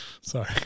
sorry